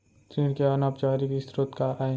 ऋण के अनौपचारिक स्रोत का आय?